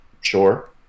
sure